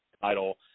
title